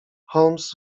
holmes